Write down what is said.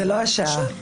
בבקשה.